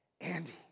Andy